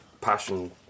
passion